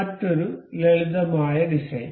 മറ്റൊരു ലളിതമായ ഡിസൈൻ